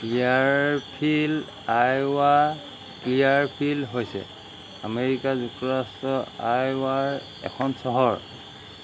Clearfield Iowa Clearfield হৈছে America যুক্তৰাষ্ট্ৰৰ আইওৱাৰ এখন চহৰ